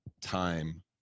time